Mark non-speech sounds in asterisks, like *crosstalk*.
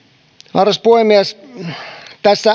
arvoisa puhemies tässä *unintelligible*